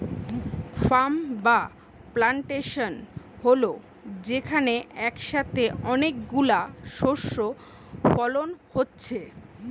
farm বা plantation হল যেখানে একসাথে অনেক গুলো শস্য ফলন হচ্ছে